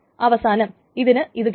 അവസാനം ഇതിന് ഇത് കിട്ടും